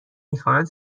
میخواهند